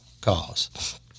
cause